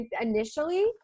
initially